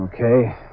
Okay